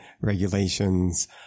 regulations